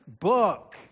book